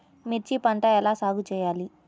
మిర్చి పంట ఎలా సాగు చేయాలి?